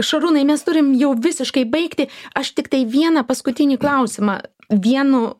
šarūnai mes turim jau visiškai baigti aš tiktai vieną paskutinį klausimą vienu